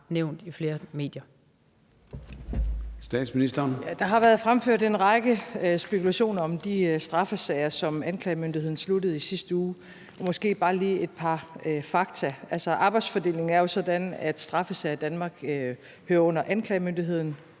Der har været fremført en række spekulationer om de straffesager, som anklagemyndigheden sluttede i sidste uge, og jeg vil måske bare lige komme med et par fakta. Altså, arbejdsfordelingen er jo sådan, at straffesager i Danmark hører under anklagemyndigheden,